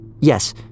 Yes